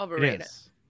yes